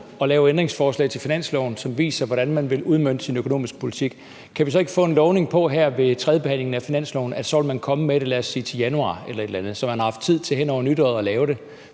at lave ændringsforslag til finansloven, som viser, hvordan man vil udmønte sin økonomisk politik, kan vi så ikke her ved tredjebehandlingen af finansloven få en lovning på, at så vil man komme med det, lad os sige til januar eller et eller andet, så man har haft tid til at lave det